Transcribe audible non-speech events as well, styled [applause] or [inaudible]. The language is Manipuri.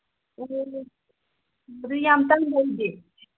[unintelligible] ꯑꯗꯨ ꯌꯥꯝ [unintelligible]